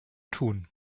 tun